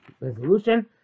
resolution